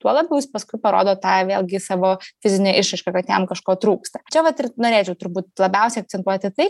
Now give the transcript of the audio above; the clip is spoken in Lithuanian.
tuo labiau jis paskui parodo tą vėlgi savo fizinę išraišką kad jam kažko trūksta čia vat ir norėčiau turbūt labiausiai akcentuoti tai